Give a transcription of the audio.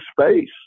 space